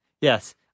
Yes